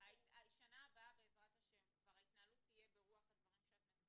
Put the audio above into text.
שנה הבאה בעזרת השם כבר ההתנהלות תהיה ברוח הדברים שאת מציגה?